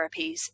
therapies